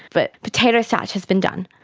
but potato starch has been done.